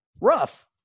Rough